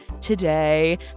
today